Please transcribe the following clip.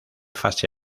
fase